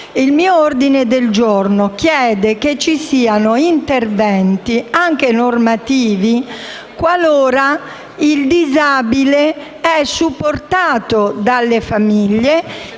il mio ordine del giorno chiede al Governo che vi siano interventi, anche normativi, qualora il disabile sia supportato dalle famiglie